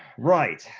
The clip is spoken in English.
right,